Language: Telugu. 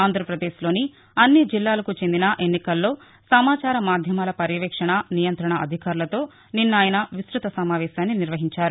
ఆంధ్రాపదేశ్లోని అన్ని జిల్లాలకు చెందిన ఎన్నికల్లో సమాచార మాధ్యమాల పర్యవేక్షణ నియంత్రణ అధికారులతో నిన్న ఆయన విస్తత సమావేశాన్ని నిర్వహించారు